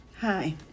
Hi